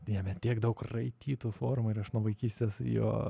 jame tiek daug raitytų formų ir aš nuo vaikystės juo